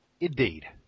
Indeed